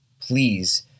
please